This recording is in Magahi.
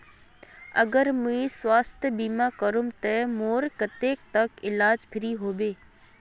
अगर मुई स्वास्थ्य बीमा करूम ते मोर कतेक तक इलाज फ्री होबे?